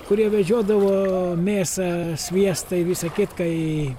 kurie vežiodavo mėsą sviestą i visa kitka į